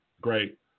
great